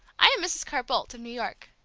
i am mrs. carr-boldt, of new york.